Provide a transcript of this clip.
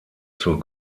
zur